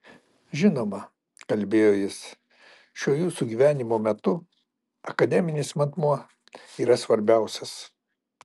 žinoma kalbėjo jis šiuo jūsų gyvenimo metu akademinis matmuo yra svarbiausias